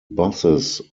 buses